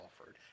offered